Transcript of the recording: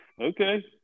Okay